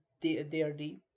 D-R-D